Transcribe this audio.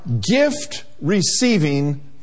gift-receiving